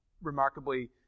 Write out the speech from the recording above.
remarkably